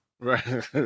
Right